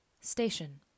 Station